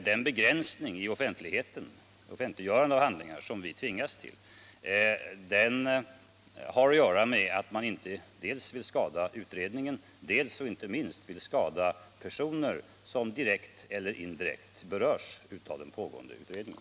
Den begränsning av offentliggörandet av handlingar, som vi tvingas till, har dessutom att göra med dels att man inte vill skada utredningen, dels — och inte minst — att man vill undvika att skada personer som direkt eller indirekt berörs av den pågående utredningen.